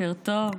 בוקר טוב.